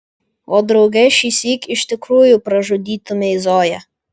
o drauge šįsyk iš tikrųjų pražudytumei zoją